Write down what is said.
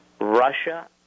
Russia